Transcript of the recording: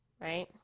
right